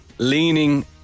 leaning